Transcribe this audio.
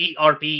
ERP